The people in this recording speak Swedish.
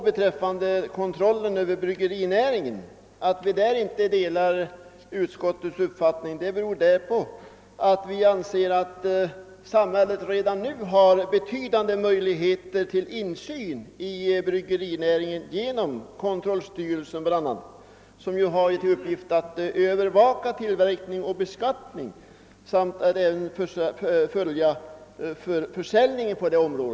Att vi inte delar utskottets uppfattning när det gäller kontrollen över bryggerinäringen beror bl.a. på att samhället redan nu har betydande möjligheter till insyn i bryggerinäringen, bl.a. genom kontrollstyrelsen, som ju har till uppgift att övervaka tillverkning och beskattning samt att följa försäljningen på detta område.